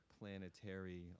planetary